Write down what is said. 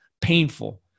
painful